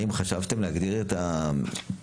האם חשבתם להגדיר את המקצוע,